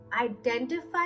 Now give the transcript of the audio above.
Identify